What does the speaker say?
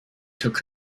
took